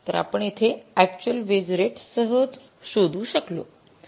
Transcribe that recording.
५ तर आपण येथे अक्चुअल वेज रेट सहज शोधू शकलो